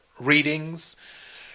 readings